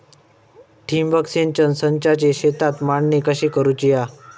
ठिबक सिंचन संचाची शेतात मांडणी कशी करुची हा?